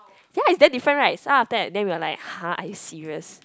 ya is damn different right so after that then we are like !huh! are you serious